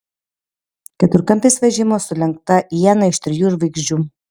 keturkampis vežimas su lenkta iena iš trijų žvaigždžių